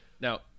Now